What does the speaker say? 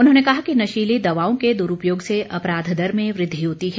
उन्होंने कहा कि नशीली दवाओं के दुरूपयोग से अपराध दर में वृद्धि होती है